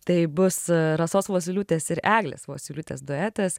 tai bus rasos vosyliūtės ir eglės vosyliūtės duetas